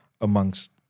amongst